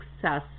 Success